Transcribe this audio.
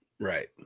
Right